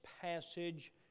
passage